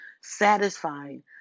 satisfying